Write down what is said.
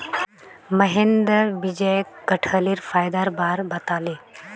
महेंद्र विजयक कठहलेर फायदार बार बताले